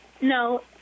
No